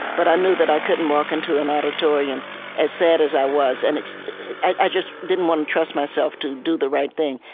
but i knew that i couldn't walk into an auditorium as sad as i was, and i just didn't want to trust myself to do the right thing.